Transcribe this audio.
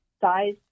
size